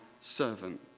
servant